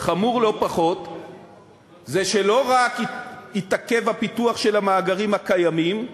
חמור לא פחות זה שלא רק התעכב הפיתוח של המאגרים הקיימים,